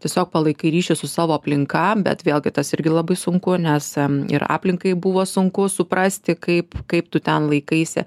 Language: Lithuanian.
tiesiog palaikai ryšį su savo aplinka bet vėlgi tas irgi labai sunku nes ir aplinkai buvo sunku suprasti kaip kaip tu ten laikaisi